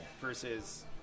versus